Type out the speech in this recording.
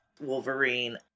Wolverine